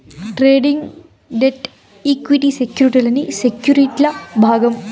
trading, debt, equity సెక్యుర్టీలన్నీ సెక్యుర్టీల్ల భాగం